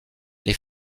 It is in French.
les